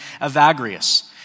Evagrius